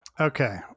Okay